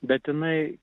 bet jinai